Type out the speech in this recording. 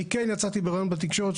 אני כן יצאתי בראיון בתקשורת.